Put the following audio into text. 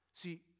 See